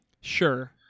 Sure